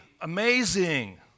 amazing